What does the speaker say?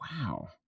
Wow